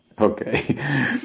Okay